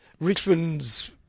Richmond's